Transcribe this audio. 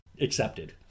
accepted